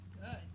good